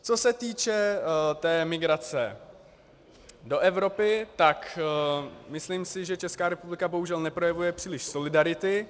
Co se týče té migrace do Evropy, tak si myslím, že Česká republika bohužel neprojevuje příliš solidarity.